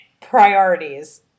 Priorities